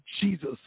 Jesus